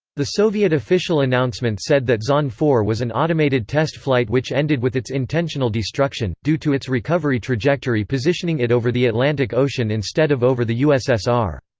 the soviet official announcement said that zond four was an automated test flight which ended with its intentional destruction, due to its recovery trajectory positioning it over the atlantic ocean instead of over the ussr.